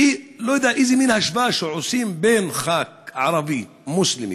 אני לא יודע איזה מין השוואה עושים בין חבר כנסת ערבי מוסלמי,